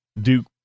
Duke